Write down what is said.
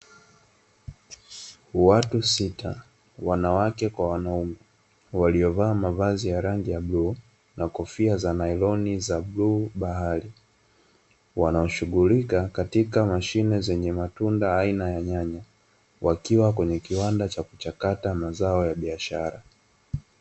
Watu sita wanawake kwa wanaume, waliovaa mavazi ya bluu na kofia za nailoni za bluu bahari, wanaoshughulika katika mashine zenye matunda aina ya nyanya, wakiwa kwenye kiwanda cha kuchakata mazao ya biashara.